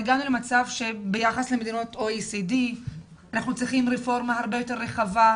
הגענו למצב שביחס למדינות ה-OECD אנחנו צריכים רפורמה הרבה יותר רחבה,